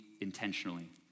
intentionally